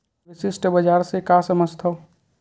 विशिष्ट बजार से का समझथव?